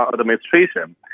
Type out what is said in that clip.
administration